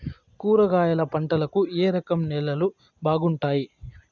కూరగాయల పంటలకు ఏ రకం నేలలు బాగుంటాయి?